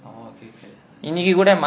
oh K K